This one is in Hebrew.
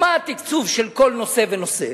מה התקצוב של כל נושא ונושא,